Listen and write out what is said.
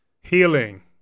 Healing